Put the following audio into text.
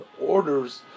orders